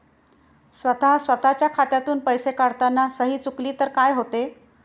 स्वतः स्वतःच्या खात्यातून पैसे काढताना सही चुकली तर काय होते?